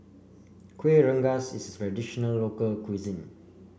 Kuih Rengas is traditional local cuisine